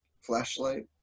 flashlight